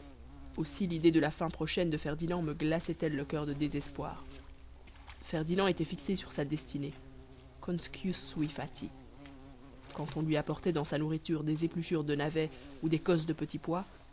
aussi lidée de la fin prochaine de ferdinand me glaçait elle le coeur de désespoir ferdinand était fixé sur sa destinée conscius sui fati quand on lui apportait dans sa nourriture des épluchures de navets ou des cosses de petits pois